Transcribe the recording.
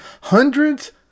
hundreds